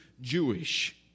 Jewish